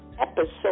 episode